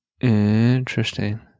Interesting